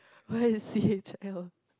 what is C_H_L